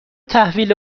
تحویل